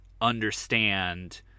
understand